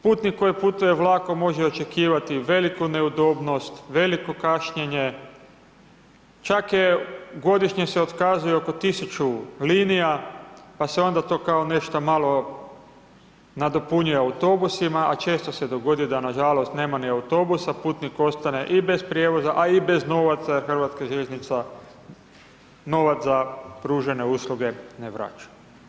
Putnik koji putuje vlakom može očekivati veliku neudobnost, veliko kašnjenje, čak je, godišnje se otkazuje oko 1000 linija, pa se onda to kao nešto malo nadopunjuje autobusima, a često se dogodi da, nažalost, nema ni autobusa, putnik ostane i bez prijevoz, a i bez novaca jer HŽ novac za pružene usluge ne vraća.